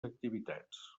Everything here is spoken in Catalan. activitats